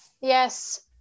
Yes